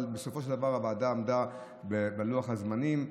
אבל בסופו של דבר הוועדה עמדה בלוח הזמנים.